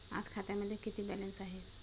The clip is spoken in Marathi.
आज खात्यामध्ये किती बॅलन्स आहे?